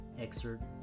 excerpt